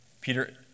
Peter